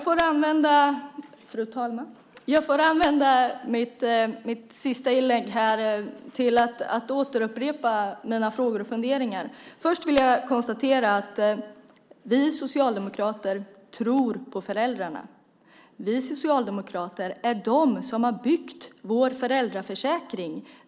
Fru talman! Jag får använda mitt sista inlägg här till att upprepa mina frågor och funderingar. Först vill jag konstatera att vi socialdemokrater tror på föräldrarna. Det är vi socialdemokrater som har byggt vår föräldraförsäkring.